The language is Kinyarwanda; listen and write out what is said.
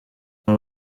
aha